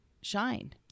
shine